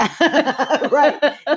Right